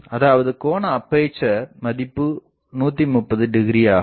அதாவது கோண அப்பேசர் மதிப்பு 130 ஆகும்